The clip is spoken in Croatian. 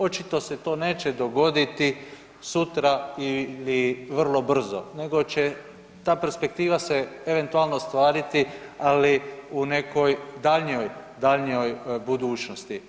Očito se to neće dogoditi sutra ili vrlo brzo, nego će ta perspektiva eventualno ostvariti ali u nekoj daljnjoj budućnosti.